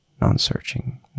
non-searching